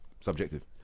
subjective